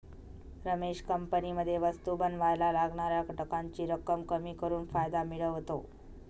रमेश कंपनीमध्ये वस्तु बनावायला लागणाऱ्या घटकांची रक्कम कमी करून फायदा मिळवतो